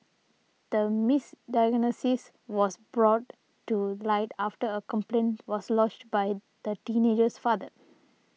the misdiagnosis was brought to light after a complaint was lodged by the teenager's father